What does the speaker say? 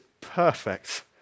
perfect